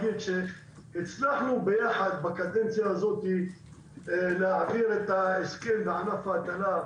הצלחנו יחד בקדנציה הזאת להעביר את ההסכם בענף ההטלה,